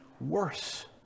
worse